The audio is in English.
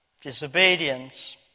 Disobedience